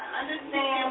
understand